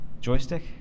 joystick